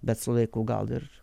bet su laiku gal dar